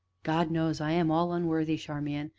god knows i am all unworthy, charmian,